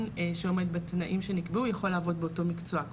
שעומד בתנאים שנקבעו יכול לעבוד באותו מקצוע,